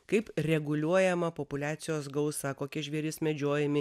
kaip reguliuojama populiacijos gausa kokie žvėrys medžiojami